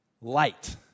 light